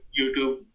YouTube